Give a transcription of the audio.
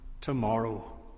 tomorrow